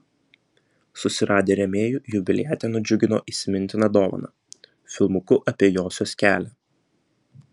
susiradę rėmėjų jubiliatę nudžiugino įsimintina dovana filmuku apie josios kelią